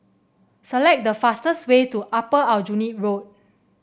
select the fastest way to Upper Aljunied Road